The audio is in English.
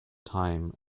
time